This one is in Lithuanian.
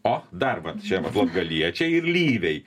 o dar vat čia vat latgaliečiai ir lyviai